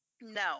No